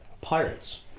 Pirates